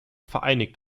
vereinigt